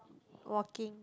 walking